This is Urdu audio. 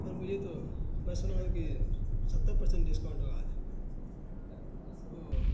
پر مجھے تو میں سنا ہوں کہ ستّر پر سینٹ ڈسکاؤنٹ ہوگا آج اوہ